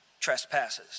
trespasses